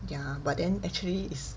ya but then actually is